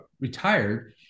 retired